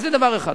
אז זה דבר אחד.